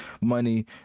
money